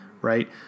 right